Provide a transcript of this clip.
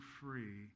free